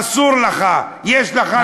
אסור לך, יש לך מגבלה.